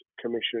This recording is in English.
Commission